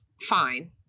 fine